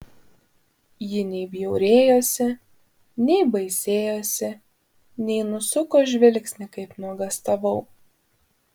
ji nei bjaurėjosi nei baisėjosi nei nusuko žvilgsnį kaip nuogąstavau